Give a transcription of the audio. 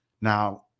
Now